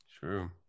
True